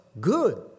good